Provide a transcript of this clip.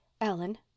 Ellen